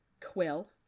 Quill